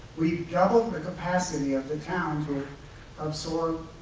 we've doubled the capacity of the town to absorb